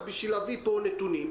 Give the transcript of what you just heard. הרפז בשביל להביא לפה נתונים.